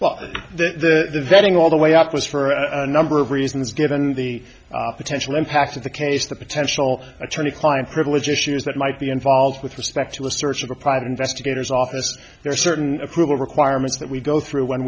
well the the vetting all the way up was for a number of reasons given the potential impact of the case the potential attorney client privilege issues that might be involved with respect to a search of a private investigator's office there are certain approval requirements that we go through when